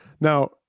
Now